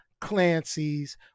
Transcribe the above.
Clancy's